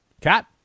cat